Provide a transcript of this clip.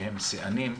שהם שיאנים,